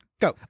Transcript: go